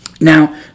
Now